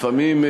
לפעמים,